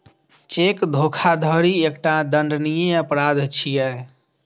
cheque धोखाधड़ी एकटा दंडनीय अपराध छियै